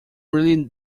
really